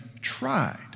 tried